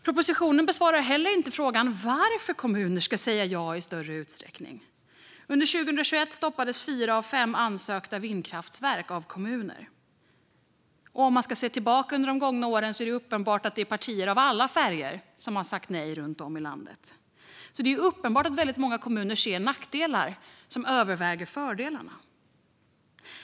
Propositionen besvarar inte heller varför kommuner ska säga ja i större utsträckning. Under 2021 stoppades fyra av fem ansökningar om vindkraftverk av kommuner. Om man ser tillbaka på de gångna åren är det uppenbart att det är partier av alla färger som har sagt nej runt om i landet. Det är alltså tydligt att många kommuner ser nackdelar som överväger fördelarna.